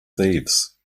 thieves